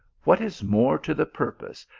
what is more to the purpose,